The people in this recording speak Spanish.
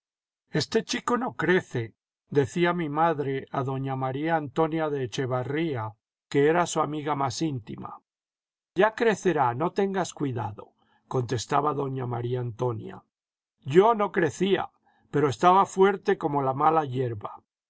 este chico no crece decía mi madre a doña w maría antonia de echevarría que era su amiga más íntima ya crecerá no tengas cuidado contestaba doña maría antonia yo no crecía pero estaba fuerte como la mala